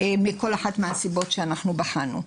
מכל אחת מהסיבות שאנחנו בחנו.